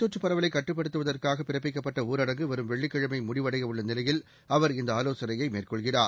தொற்றுபரவலைகட்டுப்படுத்துவற்காகபிறப்பிக்கப்ப்ட்டஊரடங்கு இந்தநோய் வரும் வெள்ளிக்கிழமைமுடிவடையவுள்ளநிலையில் அவர் இந்தஆலோசனையைமேற்கொள்கிறார்